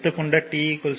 எடுத்து கொண்ட t 0